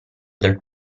del